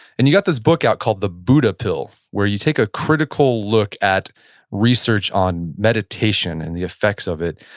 and you got this book out called the buddha pill where you take a critical look at research on meditation and the effects of it.